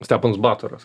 steponas batoras